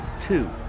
Two